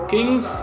Kings